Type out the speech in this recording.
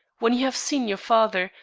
when you have seen your father,